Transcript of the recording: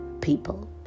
people